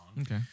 okay